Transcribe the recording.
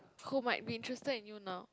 who might be interested in you now